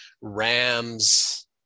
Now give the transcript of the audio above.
Rams